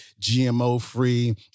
GMO-free